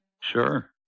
Sure